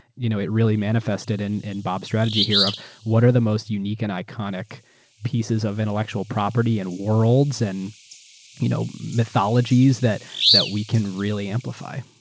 you know it really manifested in in bobaeurs strategy here of what are the most unique and iconic pieces of intellectual property, and worlds, and you know mythologies that that we can really amplify.